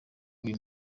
uyu